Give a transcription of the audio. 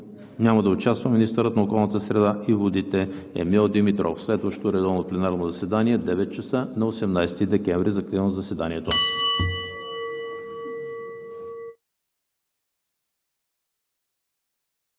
няма да участва министърът на околната среда и водите Емил Димитров. Следващо редовно пленарно заседание – 9,00 ч. на 18 декември 2020 г. Закривам заседанието.